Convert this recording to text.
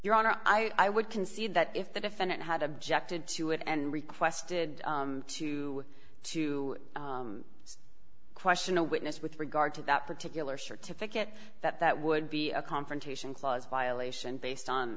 honor i would concede that if the defendant had objected to it and requested to to question a witness with regard to that particular certificate that that would be a confrontation clause violation based on